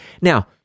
Now